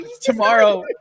tomorrow